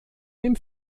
dem